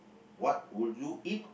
what would you eat